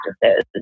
practices